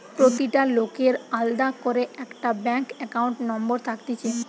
প্রতিটা লোকের আলদা করে একটা ব্যাঙ্ক একাউন্ট নম্বর থাকতিছে